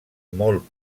molt